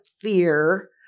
fear